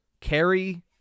carry